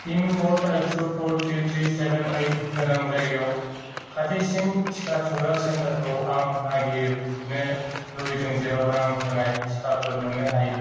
पिनक'ड two four three three seven ओइद गोनां जायगायाव खाथिसिन टिका थुग्रा सेन्टारखौ आं नागिरनो लुबैदों जेराव रां होनाय टिकाफोर मोननो हायो